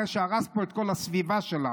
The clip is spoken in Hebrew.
אחרי שהרס פה את כל הסביבה שלנו.